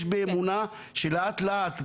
יש בי אמונה שלאט לאט,